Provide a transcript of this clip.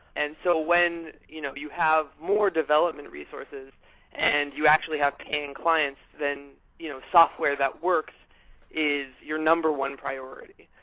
and so when you know you have more development resources and you actually have paying clients, then a you know software that works is your number one priority.